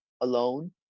alone